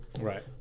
Right